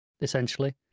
essentially